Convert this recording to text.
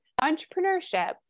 entrepreneurship